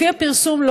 לפי הפרסום,